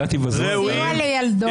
סיוע לילדו.